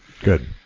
Good